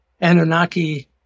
Anunnaki